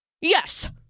Yes